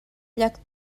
llac